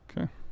okay